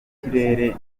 ikirere